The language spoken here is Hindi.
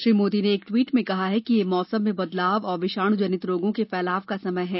श्री मोदी ने एक ट्वीट में कहा कि यह मौसम में बदलाव और विषाणु जनित रोगों के फैलाव का समय है